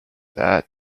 that